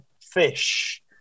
fish